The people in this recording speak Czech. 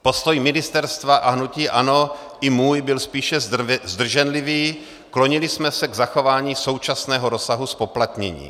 Postoj ministerstva a hnutí ANO i můj byl spíše zdrženlivý, klonili jsme se k zachování současného rozsahu zpoplatnění.